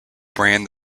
brand